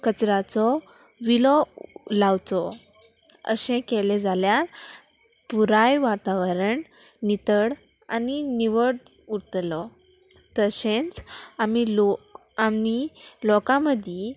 कचराचो विलो लावचो अशें केलें जाल्यार पुराय वातावरण नितड आनी निवड उरतलो तशेंच आमी लोक आमी लोकां मदीं